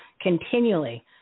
continually